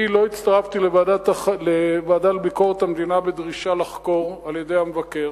אני לא הצטרפתי לוועדה לביקורת המדינה בדרישה לחקור על-ידי המבקר,